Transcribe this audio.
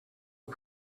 and